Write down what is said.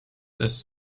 ist